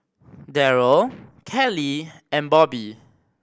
Derrell Kelly and Bobby